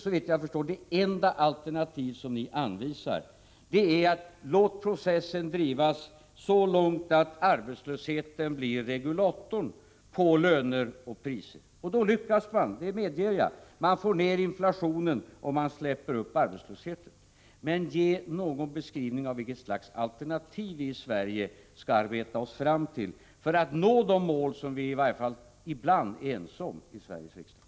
Såvitt jag förstår blir då det enda alternativet för er att låta processen gå så långt att arbetslösheten blir regulatorn för löner och priser. Då lyckas man. Det medger jag. Man får ju ned inflationen om man låter arbetslösheten öka. Men ge åtminstone någon beskrivning av vilket slags alternativ vi i Sverige skall arbeta oss fram till för att kunna uppnå de mål som vi, i varje fall ibland, är ense om i Sveriges riksdag.